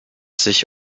sich